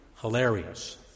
Hilarious